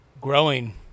growing